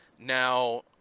Now